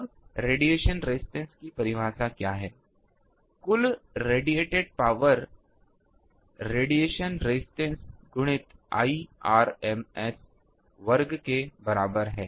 अब radiation resistance की परिभाषा क्या है कुल रेडिएटेड पावर रेडिएशन रेजिस्टेंस गुणित Irms वर्ग के बराबर है